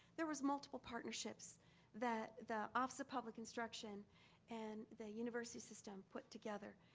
there was multiple partnerships that the office of public construction and the university system put together.